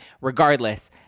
regardless